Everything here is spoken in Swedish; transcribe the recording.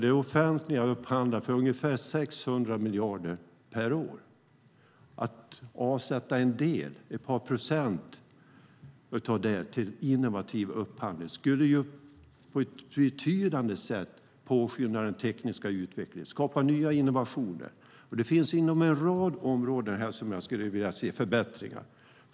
Det offentliga upphandlar för ungefär 600 miljarder per år. Att avsätta en del, ett par procent, av det till innovativa upphandlingar skulle på ett betydande sätt påskynda den tekniska utvecklingen och skapa nya innovationer. Det finns en rad områden där jag skulle vilja se förbättringar.